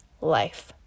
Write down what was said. life